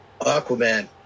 Aquaman